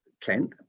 Kent